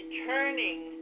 returning